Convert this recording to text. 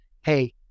Hey